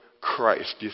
Christ